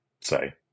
say